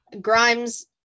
Grimes